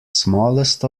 smallest